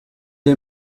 est